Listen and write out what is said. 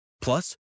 Plus